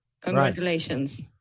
congratulations